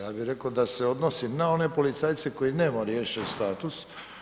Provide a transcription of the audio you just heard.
Ja bi rekao da se odnosi na one policajce koji nemaju riješen status.